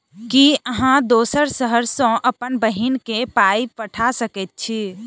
की अहाँ दोसर शहर सँ अप्पन बहिन केँ पाई पठा सकैत छी?